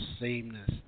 sameness